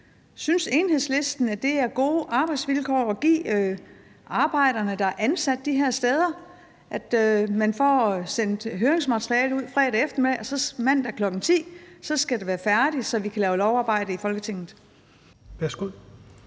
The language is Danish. Synes Enhedslisten, at det er gode arbejdsvilkår at give arbejderne, der er ansat de her steder, at man får høringsmaterialet sendt ud fredag eftermiddag og mandag kl. 10 skal det være færdigt, så vi kan lave lovgivningsarbejde i Folketinget?